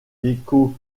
gecko